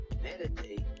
Meditate